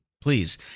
Please